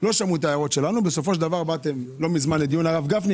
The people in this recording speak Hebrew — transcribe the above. לא שמעו אותן ובסופו של דבר באתם לא מזמן לדיון הרב גפני,